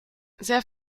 sehr